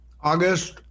August